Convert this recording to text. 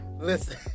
Listen